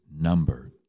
number